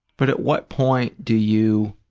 but at what point do you,